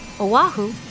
Oahu